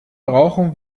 brauchen